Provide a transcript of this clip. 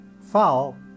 fowl